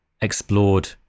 explored